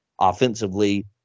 offensively